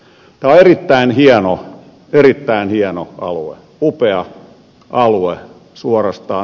tämä on erittäin hieno alue upea alue suorastaan